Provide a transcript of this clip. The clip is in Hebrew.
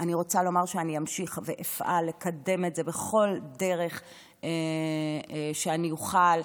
אני רוצה לומר שאני אמשיך ואפעל לקדם את זה בכל דרך שאני אוכל.